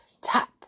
tap